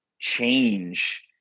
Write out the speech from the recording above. change